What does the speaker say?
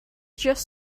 just